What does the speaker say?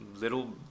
little